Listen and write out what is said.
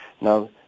Now